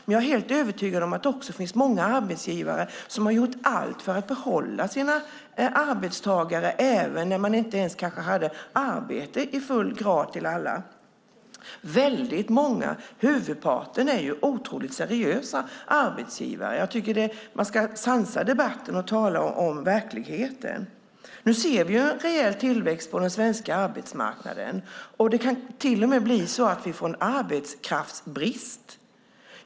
Men jag är helt övertygad om att det också finns många arbetsgivare som har gjort allt för att behålla sina arbetstagare även när de inte ens kanske hade arbete i full grad till alla. Väldigt många - huvudparten - är otroligt seriösa arbetsgivare. Jag tycker att man ska sansa debatten och tala om verkligheten. Nu ser vi en rejäl tillväxt på den svenska arbetsmarknaden. Det kan till och med bli så att vi får en arbetskraftsbrist.